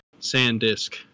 Sandisk